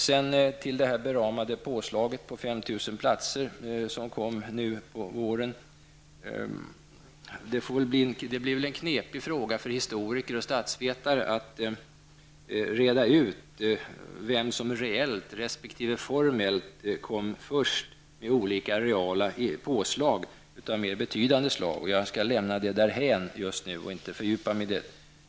Sedan till det beramade påslaget med 5 000 platser, som kom nu på våren. Det blir väl en knivig fråga för historiker och statsvetare att reda ut vem som reellt resp. formellt kom först med olika mera betydande reella påslag. Jag skall lämna det därhän just nu och inte fördjupa mig i det.